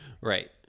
Right